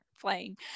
playing